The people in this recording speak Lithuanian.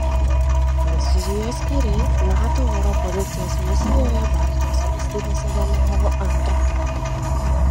prancūzijos kariai nato oro policijos misijoje baltijos valstybėse dalyvavo antrą kartą